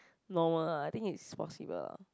normal lah I think it's possible lah